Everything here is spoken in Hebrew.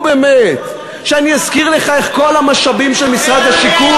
קרו כולם במשמרת שלך?